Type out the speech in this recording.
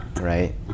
right